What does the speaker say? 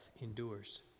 endures